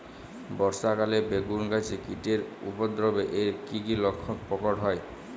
বর্ষা কালে বেগুন গাছে কীটের উপদ্রবে এর কী কী লক্ষণ প্রকট হয়?